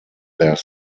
their